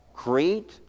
create